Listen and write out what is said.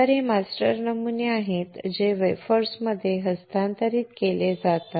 तर हे मास्टर नमुने आहेत जे वेफर्समध्ये हस्तांतरित केले जातात